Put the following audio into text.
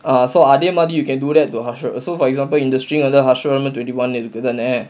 ah so ah அதே மாதிரி:adhae maathiri you can do that to harsha for also for example in the string under harsha twenty one இருக்கு தானே:irukku thanae